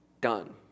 Done